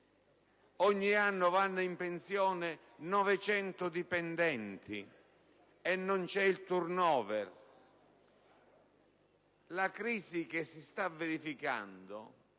Ogni anno vanno in pensione 900 dipendenti e non c'è *turn over*. La crisi che si sta verificando